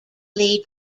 lead